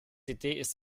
ist